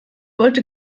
wollte